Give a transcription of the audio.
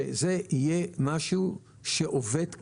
שזה יהיה משהו שעובד כך.